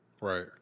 Right